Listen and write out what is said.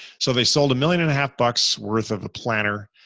so they sold a million and a half bucks worth of a planner.